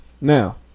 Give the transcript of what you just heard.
Now